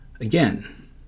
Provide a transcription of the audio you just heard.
Again